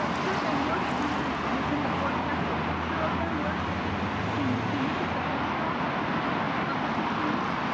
ah kirk i know that there was in the board packet a picture of them, where's the pic? can we can we get the picture up of the two teams?